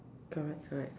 correct correct